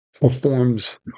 performs –